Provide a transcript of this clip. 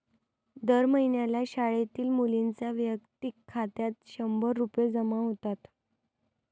दर महिन्याला शाळेतील मुलींच्या वैयक्तिक खात्यात शंभर रुपये जमा होतात